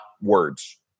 words